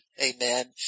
Amen